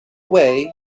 away